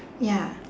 ya